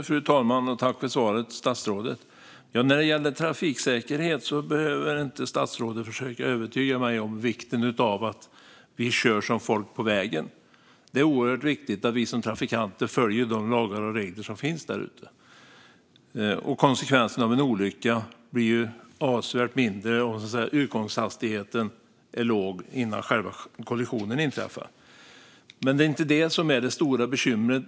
Fru talman! Tack för svaret, statsrådet! När det gäller trafiksäkerhet behöver statsrådet inte försöka övertyga mig om vikten av att vi kör som folk på vägen. Det är oerhört viktigt att vi som trafikanter följer de lagar och regler som finns. Konsekvenserna av en olycka blir avsevärt mindre om utgångshastigheten är låg innan själva kollisionen inträffar. Det är dock inte detta som är det stora bekymret.